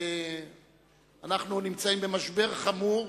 אנחנו נמצאים במשבר חמור,